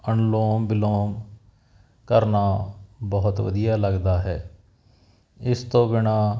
ਅਨਲੋਮ ਬਿਲੋਂਗ ਕਰਨਾ ਬਹੁਤ ਵਧੀਆ ਲੱਗਦਾ ਹੈ ਇਸ ਤੋਂ ਬਿਨਾਂ